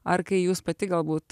ar kai jūs pati galbūt